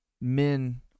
men